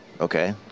okay